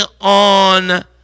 on